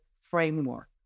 framework